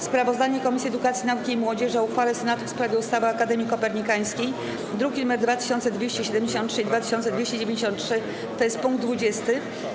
Sprawozdanie Komisji Edukacji, Nauki i Młodzieży o uchwale Senatu w sprawie ustawy o Akademii Kopernikańskiej, druki nr 2273 i 2293, tj. punkt 20.